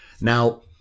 Now